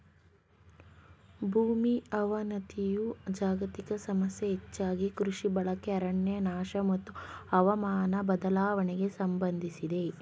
ಭೂಮಿ ಅವನತಿಯು ಜಾಗತಿಕ ಸಮಸ್ಯೆ ಹೆಚ್ಚಾಗಿ ಕೃಷಿ ಬಳಕೆ ಅರಣ್ಯನಾಶ ಮತ್ತು ಹವಾಮಾನ ಬದಲಾವಣೆಗೆ ಸಂಬಂಧಿಸಿದೆ